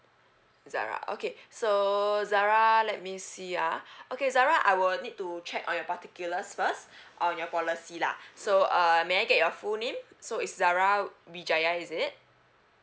zara okay so zara let me see ah okay zara I will need to check on your particulars first on your policy lah so uh may I get your full name so it's zara wijaya is it